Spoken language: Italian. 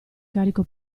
carico